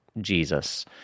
Jesus